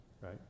right